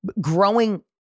growing